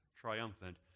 triumphant